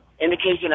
indication